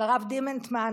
לרב דימנטמן,